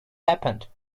happened